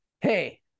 hey